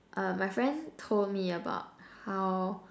uh my friend told me about how